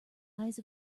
eyes